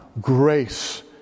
grace